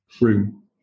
room